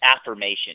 affirmation